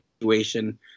situation